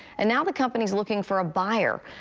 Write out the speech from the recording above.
and now the company is looking for a buyer.